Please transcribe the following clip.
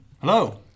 hello